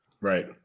Right